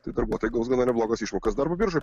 tai darbuotojai gaus gana neblogas išmokas darbo biržoj